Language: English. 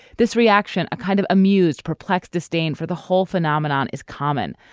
this reaction a kind of amused perplexed disdain for the whole phenomenon is common.